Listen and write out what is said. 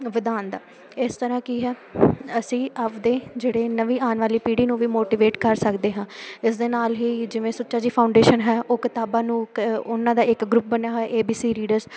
ਵਧਾਉਣ ਦਾ ਇਸ ਤਰ੍ਹਾਂ ਕੀ ਹੈ ਅਸੀਂ ਆਪਦੇ ਜਿਹੜੇ ਨਵੀਂ ਆਉਣ ਵਾਲੀ ਪੀੜ੍ਹੀ ਨੂੰ ਵੀ ਮੋਟੀਵੇਟ ਕਰ ਸਕਦੇ ਹਾਂ ਇਸ ਦੇ ਨਾਲ ਹੀ ਜਿਵੇਂ ਸੁੱਚਾ ਜੀ ਫਾਊਂਡੇਸ਼ਨ ਹੈ ਉਹ ਕਿਤਾਬਾਂ ਨੂੰ ਕ ਉਹਨਾਂ ਦਾ ਇੱਕ ਗਰੁੱਪ ਬਣਿਆ ਹੋਇਆ ਏ ਬੀ ਸੀ ਰੀਡਰਸ